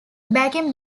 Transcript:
backing